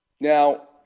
Now